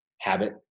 habit